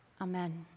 Amen